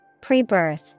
Prebirth